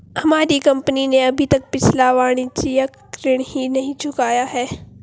हमारी कंपनी ने अभी तक पिछला वाणिज्यिक ऋण ही नहीं चुकाया है